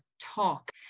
Talk